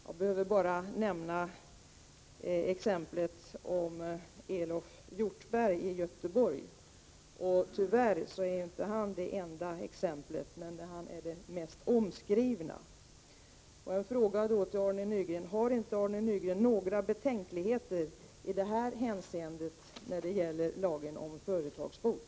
Jag behöver bara nämna Elof Hjortberg i Göteborg. Tyvärr är hans fall inte det enda exemplet, men det är det mest omskrivna. Har inte Arne Nygren några betänkligheter i det här hänseendet när det gäller lagen om företagsbot?